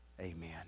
Amen